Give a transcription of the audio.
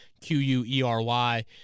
Q-U-E-R-Y